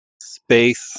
space